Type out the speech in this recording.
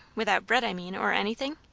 without bread, i mean, or anything?